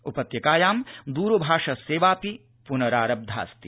उपत्यकायां द्रभाषसेवापि पुनरारब्धास्ति